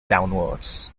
downwards